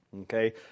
Okay